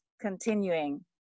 continuing